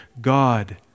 God